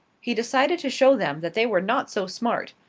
he decided to show them that they were not so smart.